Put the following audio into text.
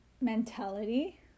mentality